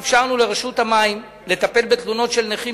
אפשרנו לרשות המים לטפל בתלונות של נכים